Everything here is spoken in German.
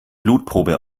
blutprobe